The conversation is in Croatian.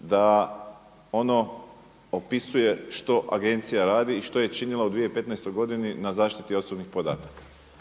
da ono opisuje što Agencija radi i što je činila u 2015. godini na zaštiti osobnih podataka.